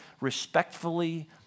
respectfully